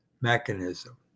mechanism